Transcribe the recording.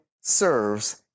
serves